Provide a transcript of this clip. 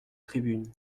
tribune